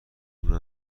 اونها